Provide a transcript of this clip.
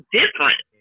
different